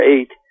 eight